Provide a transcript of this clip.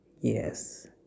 yes